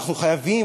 אנחנו חייבים,